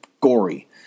gory